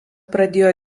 pradėjo